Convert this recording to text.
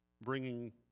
bringing